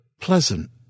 Pleasant